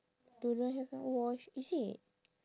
do not have not wash is it